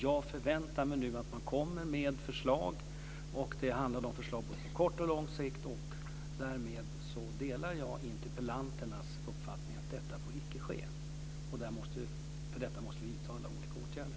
Jag förväntar mig nu att man kommer med förslag. Det handlar då om förslag på både kort och lång sikt. Därmed delar jag interpellanternas uppfattning att detta icke får ske, och därför måste vi vidta olika åtgärder.